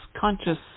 conscious